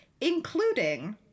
including